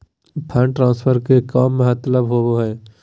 Fund transfer के का मतलब होव हई?